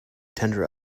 tender